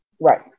Right